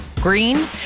green